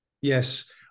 yes